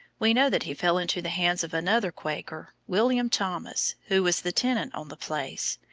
we know that he fell into the hands of another quaker, william thomas, who was the tenant on the place,